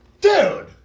Dude